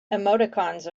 emoticons